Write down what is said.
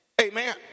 Amen